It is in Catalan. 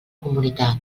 comunitat